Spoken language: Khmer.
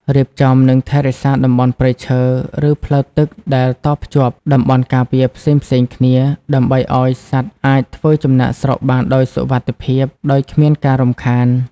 រៀបចំ និងថែរក្សាតំបន់ព្រៃឈើ ឬផ្លូវទឹកដែលតភ្ជាប់តំបន់ការពារផ្សេងៗគ្នា ដើម្បីឱ្យសត្វអាចធ្វើចំណាកស្រុកបានដោយសុវត្ថិភាព ដោយគ្មានការរំខាន។